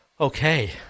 okay